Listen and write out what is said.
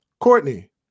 Courtney